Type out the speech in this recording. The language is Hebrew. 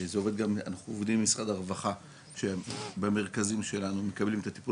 אנחנו עובדים עם משרד הרווחה שהם במרכזים שלנו מקבלים את הטיפול